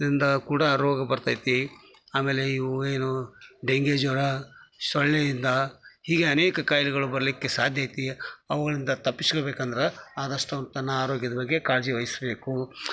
ಇದರಿಂದ ಕೂಡ ರೋಗ ಬರ್ತೈತಿ ಆಮೇಲೆ ಇವು ಏನು ಡೆಂಗ್ಯೂ ಜ್ವರ ಸೊಳ್ಳೆಯಿಂದ ಹೀಗೆ ಅನೇಕ ಕಾಯಿಲೆಗಳು ಬರಲಿಕ್ಕೆ ಸಾಧ್ಯ ಐತಿ ಅವುಗಳಿಂದ ತಪ್ಪಿಶ್ಕೊಬೇಕಂದರೆ ಆದಷ್ಟು ತನ್ನ ಆರೋಗ್ಯದ ಬಗ್ಗೆ ಕಾಳಜಿ ವಯಿಸಬೇಕು